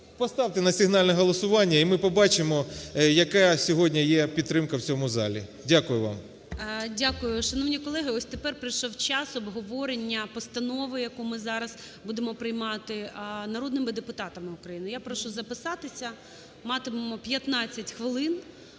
Поставте на сигнальне голосування, і ми побачимо, яка сьогодні є підтримка в цьому залі. Дякую вам. ГОЛОВУЮЧИЙ. Дякую. Шановні колеги, ось тепер прийшов час обговорення постанови, яку ми зараз буде приймати з народними депутатами України. Я прошу записатися. Матимемо 15 хвилин,